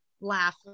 laugh